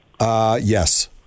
Yes